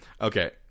Okay